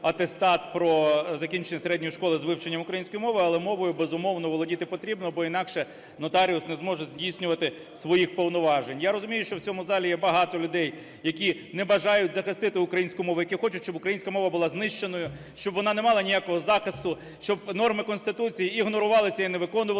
про закінчення середньої школи з вивченням української мови. Але мовою, безумовно, володіти потрібно, бо інакше нотаріус не зможе здійснювати своїх повноважень. Я розумію, що в цьому залі є багато людей, які не бажають захистити українську мову, які хочуть, щоб українська мова була знищеною, щоб вона не мала ніякого захисту, щоб норми Конституції ігнорувалися і не виконувалися